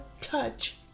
touch